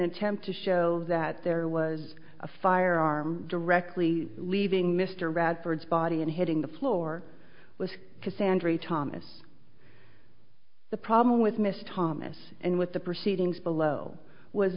attempt to show that there was a firearm directly leaving mr radford's body and hitting the floor with cassandra thomas the problem with miss thomas and with the proceedings below was